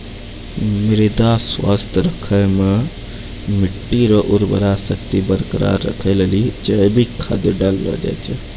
मृदा स्वास्थ्य राखै मे मट्टी रो उर्वरा शक्ति बरकरार राखै लेली जैविक खाद डाललो जाय छै